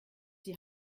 die